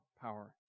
power